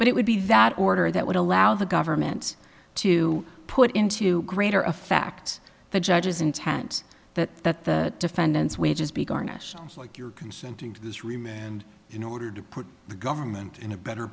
but it would be that order that would allow the government to put into greater effect the judge's intent that the defendant's wages be garnished like you're consenting to this remain and in order to put the government in a better